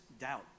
doubt